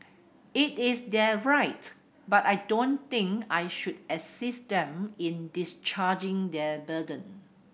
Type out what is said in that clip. it is their right but I don't think I should assist them in discharging their burden